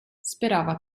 sperava